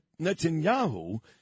Netanyahu